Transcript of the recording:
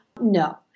No